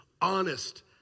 Honest